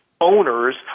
owners